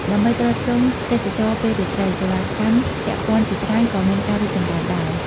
ដើម្បីទ្រទ្រង់ទេសចរណ៍ពេលរាត្រី សេវាកម្មពាក់ព័ន្ធជាច្រើនក៏មានការរីកចម្រើនដែរ។